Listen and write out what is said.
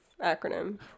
acronym